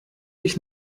ich